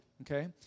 okay